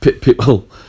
people